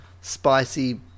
spicy